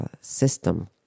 system